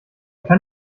kann